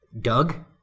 Doug